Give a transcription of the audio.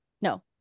no